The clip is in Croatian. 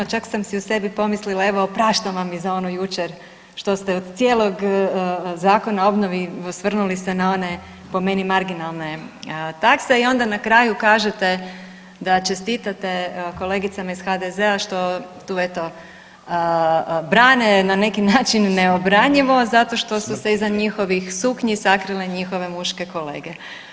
Čak sam si u sebi pomislila evo opraštam vam i za ono jučer što ste od cijelog Zakona o obnovi osvrnuli se na one po meni marginalne takse i onda na kraju kažete da čestitate kolegicama iz HDZ-a što tu eto brane na neki način neobranjivo zato što su se iza njihovih suknji sakrile njihove muške kolege.